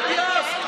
בית ספר זה לא קיוסק.